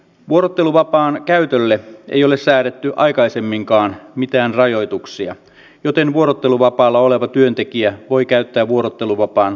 vuorotteluvapaan käytölle ei ole säädetty aikaisemminkaan mitään rajoituksia joten vuorotteluvapaalla oleva työntekijä voi käyttää vuorotteluvapaan haluamallaan tavalla